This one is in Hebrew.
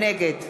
נגד